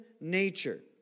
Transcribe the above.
nature